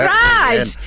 right